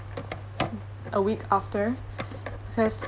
a week after cause